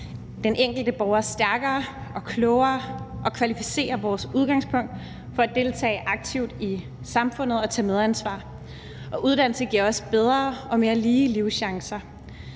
den enkelte borger stærkere og klogere og kvalificerer vores udgangspunkt for at deltage aktivt i samfundet og tage medansvar, og uddannelse giver også bedre og mere lige livschancer